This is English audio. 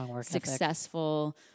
successful